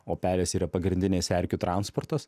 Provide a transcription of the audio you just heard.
o pelės yra pagrindinis erkių transportas